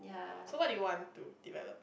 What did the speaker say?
so what you want to develop